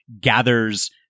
gathers